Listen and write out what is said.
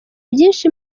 byinshi